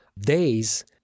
days